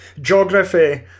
Geography